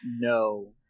no